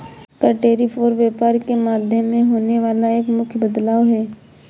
कर, टैरिफ और व्यापार के माध्यम में होने वाला एक मुख्य बदलाव हे